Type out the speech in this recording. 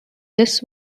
this